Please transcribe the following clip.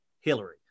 hillary